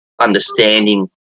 understanding